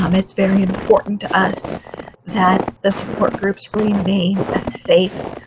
um it's very important to us that the support groups remain a safe,